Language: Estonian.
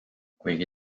kuigi